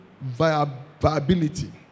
viability